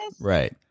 right